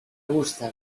gusta